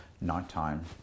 nighttime